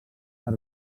per